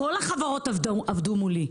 כל החברות עבדו מולי,